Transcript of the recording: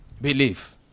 Believe